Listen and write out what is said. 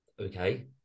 okay